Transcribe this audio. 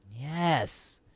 Yes